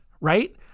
right